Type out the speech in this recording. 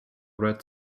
red